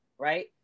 right